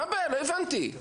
לא הבנתי מה הבעיה.